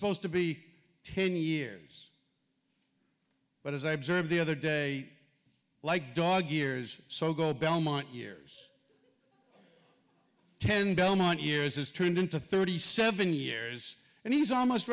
supposed to be ten years but as i observed the other day like dog years so go belmont years ten belmont years is turned into thirty seven years and he's almost